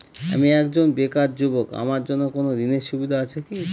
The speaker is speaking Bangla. আমি একজন বেকার যুবক আমার জন্য কোন ঋণের সুবিধা আছে কি?